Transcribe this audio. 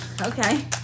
okay